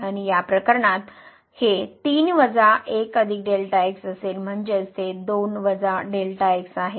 आणि या प्रकरणात हे 3 1 असेल म्हणजेच ते 2 आहे